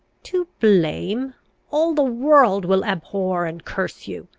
to blame all the world will abhor and curse you.